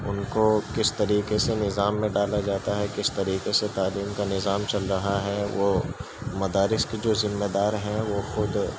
ان کو کس طریقے سے نظام میں ڈالا جاتا ہے کس طریقے سے تعلیم کا نظام چل رہا ہے وہ مدارس کے جو ذمے دار ہیں وہ خود